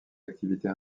activités